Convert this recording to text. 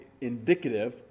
indicative